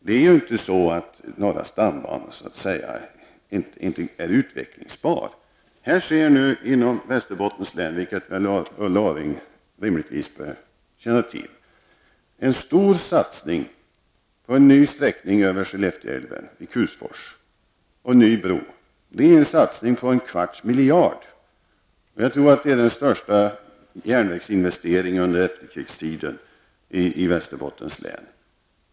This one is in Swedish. Det är inte så att norra stambanan inte är utvecklingsbar. Här sker nu inom Västerbottens län, vilket Ulla Orring rimligtvis bör känna till, en stor satsning på en ny sträckning över Skellefteälven, i Kusfors, och en ny bro -- det är en satsning på en kvarts miljard kronor. Jag tror att det är den största järnvägsinvesteringen under efterkrigstiden i Västerbottens län.